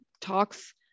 talks